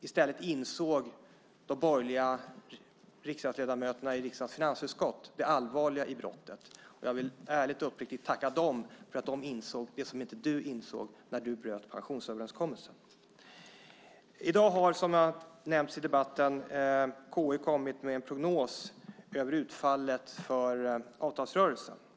I stället insåg de borgerliga riksdagsledamöterna i riksdagens finansutskott det allvarliga i brottet. Jag vill ärligt och uppriktigt tacka dem för att de insåg det som inte du insåg när du bröt pensionsöverenskommelsen. I dag har, som har nämnts i debatten, KI kommit med en prognos över utfallet för avtalsrörelsen.